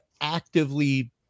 actively